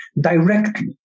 directly